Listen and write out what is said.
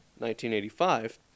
1985